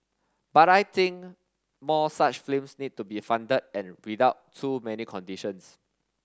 but I think more such films need to be funded and without too many conditions